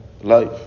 life